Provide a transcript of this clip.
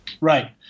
Right